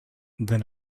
then